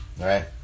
right